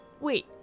Wait